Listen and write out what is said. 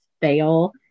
fail